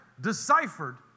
deciphered